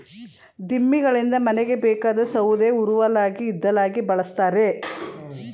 ದಿಮ್ಮಿಗಳಿಂದ ಮನೆಗೆ ಬೇಕಾದ ಸೌದೆ ಉರುವಲಾಗಿ ಇದ್ದಿಲಾಗಿ ಬಳ್ಸತ್ತರೆ